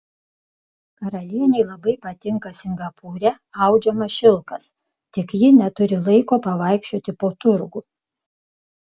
karalienei labai patinka singapūre audžiamas šilkas tik ji neturi laiko pavaikščioti po turgų